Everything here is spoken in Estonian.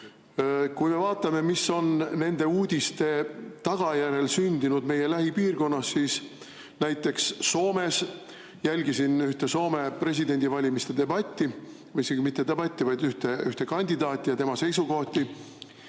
korral. Vaatame, mis on nende uudiste tagajärjel sündinud meie lähipiirkonnas. Näiteks Soomes – jälgisin ühte Soome presidendivalimiste debatti, või isegi mitte debatti, vaid ühte ühte kandidaati ja tema seisukohti